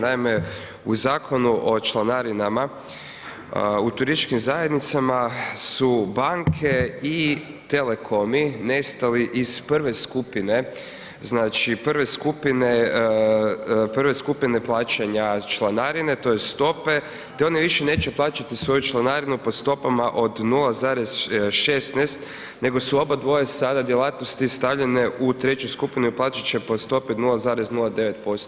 Naime, u Zakonu o članarinama u turističkim zajednicama su banke i telekomi nestali iz prve skupine, znači prve skupine plaćanja članarine, tj. stope te oni više neće plaćati svoju članarinu po stopama od 0,16% nego su obadvoje sada djelatnosti stavljene u treću skupinu i platit će po stopi od 0,09%